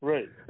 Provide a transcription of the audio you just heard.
Right